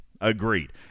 agreed